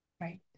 Right